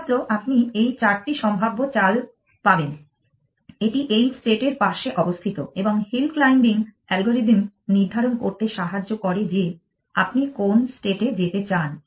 সুতরাং আপনি এই চারটি সম্ভাব্য চাল পাবেন এটি এই state এর পাশে অবস্থিত এবং হিল ক্লাইম্বিং অ্যালগরিদম নির্ধারণ করতে সাহায্যে করে যে আপনি কোন স্টেটে যেতে চান